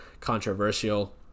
controversial